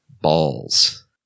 Balls